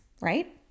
right